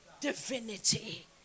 divinity